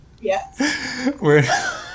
Yes